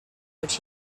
which